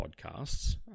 podcasts